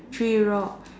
three rock